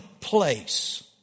place